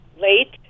late